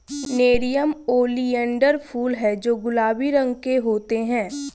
nerium oleander फूल हैं जो गुलाबी रंग के होते हैं